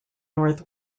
north